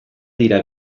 dira